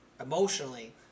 emotionally